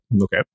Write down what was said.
Okay